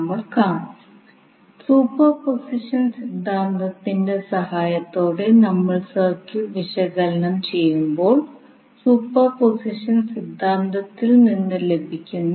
നമുക്ക് എസി ഉറവിടം ലഭ്യമാകുന്നിടത്ത് ഫേസറുകളും എസി സർക്യൂട്ട് വിശകലനവും നമ്മൾ ഉപയോഗിക്കും